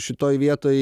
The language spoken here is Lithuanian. šitoj vietoj